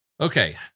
Okay